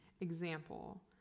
example